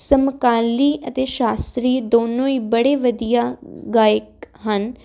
ਸਮਕਾਲੀ ਅਤੇ ਸ਼ਾਸਤਰੀ ਦੋਨੋਂ ਹੀ ਬੜੇ ਵਧੀਆ ਗਾਇਕ ਹਨ